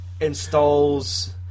installs